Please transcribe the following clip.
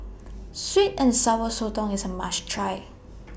Sweet and Sour Sotong IS A must Try